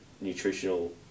nutritional